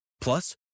Plus